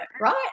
right